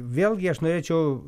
vėlgi aš norėčiau